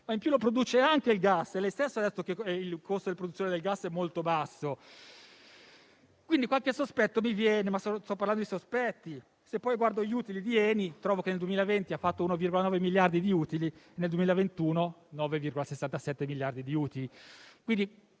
gas. In più produce anche il gas. Lei stesso, signor Ministro, ha detto che il costo di produzione del gas è molto basso. Quindi, qualche sospetto mi viene, ma sto parlando di sospetti. Se poi guardo gli utili di ENI, trovo che nel 2020 ha realizzato 1,9 miliardi di utili e nel 2021 9,67 miliardi di utili.